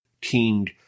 King